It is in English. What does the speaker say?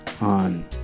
on